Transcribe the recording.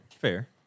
Fair